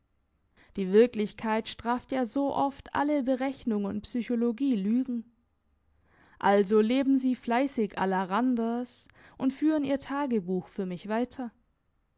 die wirklichkeit straft ja so oft alle berechnung und psychologie lügen also leben sie fleissig la randers und führen ihr tagebuch für mich weiter